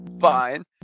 Fine